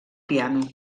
piano